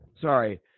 sorry